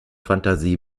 fantasie